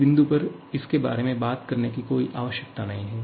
इस बिंदु पर इसके बारे में बात करने की कोई आवश्यकता नहीं है